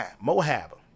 Moab